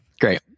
great